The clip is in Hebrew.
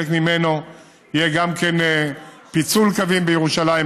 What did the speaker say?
ממנו יהיה גם כן פיצול קווים בירושלים,